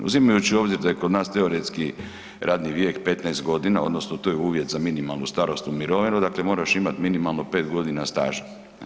Uzimajući u obzir da je kod nas teoretski radni vijek 15 g. odnosno to je uvjet za minimalnu starosnu mirovinu, dakle moraš imat minimalno 5 g. staža.